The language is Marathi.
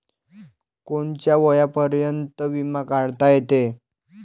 कोनच्या वयापर्यंत बिमा काढता येते?